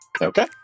Okay